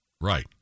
Right